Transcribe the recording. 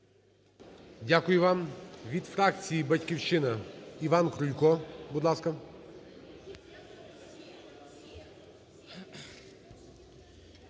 Дякую вам. Від фракції "Батьківщина" – Іван Крулько, будь ласка.